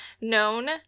known